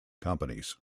companies